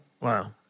Wow